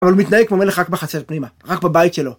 אבל הוא מתנהג כמו מלך רק בחצר פנימה, רק בבית שלו.